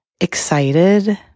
excited